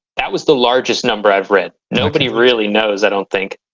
that was the largest number i've read. nobody really knows, i don't think.